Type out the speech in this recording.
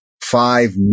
five